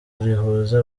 rihuza